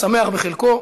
השמח בחלקו.